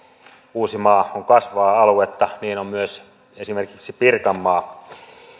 uusimaa on kasvavaa aluetta niin on myös esimerkiksi pirkanmaa